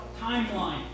timeline